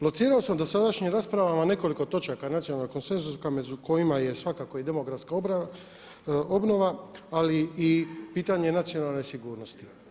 Locirao sam u dosadašnjim raspravama nekoliko točaka nacionalnog konsenzusa među kojima je svakako i demografska obnova ali i pitanje nacionalne sigurnosti.